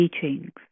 teachings